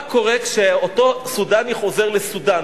מה קורה כשאותו סודני חוזר לסודן,